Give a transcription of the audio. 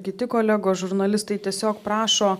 kiti kolegos žurnalistai tiesiog prašo